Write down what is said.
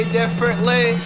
differently